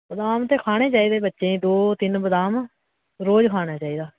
बदाम ते खाने चाहिदे बच्चें दो तिन्न बदाम रोज खाने चाहिदे